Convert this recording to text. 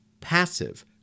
passive